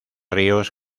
ríos